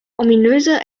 ominöse